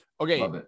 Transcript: Okay